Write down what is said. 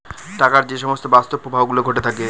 টাকার যে সমস্ত বাস্তব প্রবাহ গুলো ঘটে থাকে